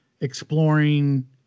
exploring